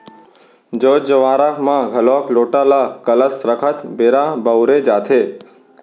जोत जँवारा म घलोक लोटा ल कलस रखत बेरा बउरे जाथे